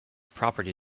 property